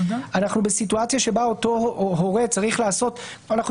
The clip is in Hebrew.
אנחנו בסיטואציה בה אותו הורה צריך לעשות ואנחנו